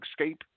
escape